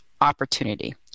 opportunity